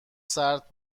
سرد